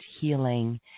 healing